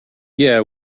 yeah